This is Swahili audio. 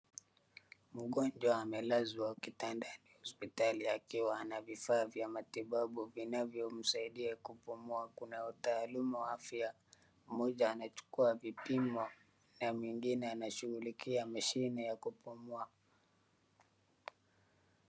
Mgonjwa amelazwa kitandani hospitalini akiwa na vifaa vya matibabu vinavyomsaidia kupumua. Kuna wataluumu wa afya, mmoja anachukua vipimo na mwingine anashughulikia mashine ya kupumua.